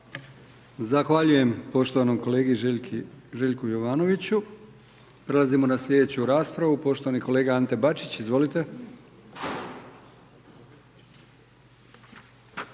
Zahvaljujem poštovanom kolegi Željku Jovanoviću. Prelazimo na slijedeću raspravu, poštovani kolega Ante Bačić, izvolite.